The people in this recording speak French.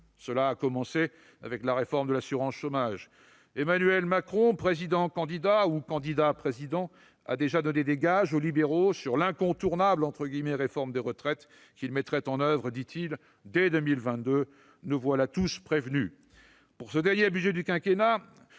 Cela a commencé avec la réforme de l'assurance chômage. Emmanuel Macron, président-candidat ou candidat-président, a déjà donné des gages aux libéraux sur « l'incontournable » réforme des retraites, qu'il mettrait en oeuvre, dit-il, dès 2022 ... Nous voilà tous prévenus ! Pour ce dernier budget du quinquennat,